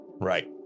Right